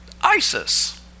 ISIS